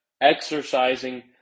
exercising